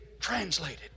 translated